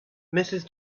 mrs